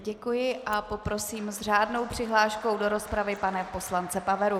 Děkuji a poprosím s řádnou přihláškou do rozpravy pana poslance Paveru.